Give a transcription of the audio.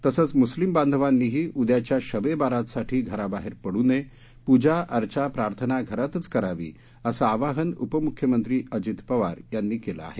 तसंच म्स्लिम बांधवांनीही उद्याच्या शब्ब ए बारातसाठी घराबाहेर पड् नये पूजा अर्चा प्रार्थना घरातच करावी असं आवाहन उपम्ख्यमंत्री अजित पवार यांनी केलं आहे